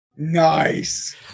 Nice